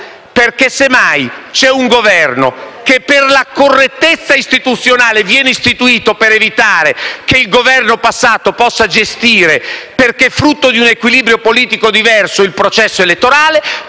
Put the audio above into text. Semmai, c'è un Governo che, per la correttezza istituzionale, viene istituito per evitare che il Governo passato possa gestire, perché frutto di un equilibrio politico diverso, il processo elettorale.